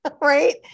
right